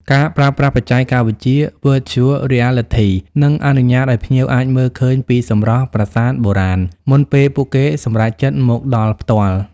ការប្រើប្រាស់បច្ចេកវិទ្យា Virtual Reality នឹងអនុញ្ញាតឱ្យភ្ញៀវអាចមើលឃើញពីសម្រស់ប្រាសាទបុរាណមុនពេលពួកគេសម្រេចចិត្តមកដល់ផ្ទាល់។